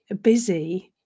busy